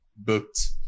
booked